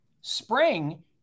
Spring